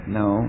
no